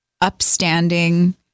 upstanding